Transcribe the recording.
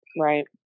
right